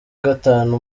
gatanu